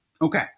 Okay